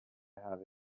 have